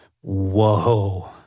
Whoa